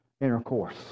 intercourse